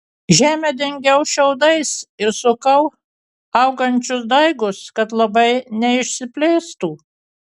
žemę dengiau šiaudais ir sukau augančius daigus kad labai neišsiplėstų